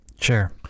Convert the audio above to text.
Sure